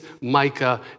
Micah